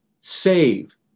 save